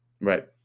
Right